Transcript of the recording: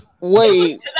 Wait